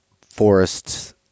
forests